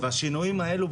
השינויים האלה,